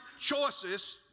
choices